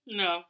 no